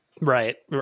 Right